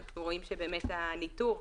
אנחנו רואים שבאמת הניטור,